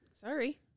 Sorry